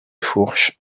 fourches